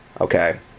Okay